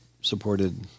supported